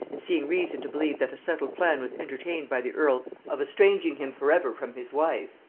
and seeing reason to believe that a settled plan was entertained by the earl of estranging him for ever from his wife,